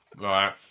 Right